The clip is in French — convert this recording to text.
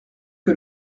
que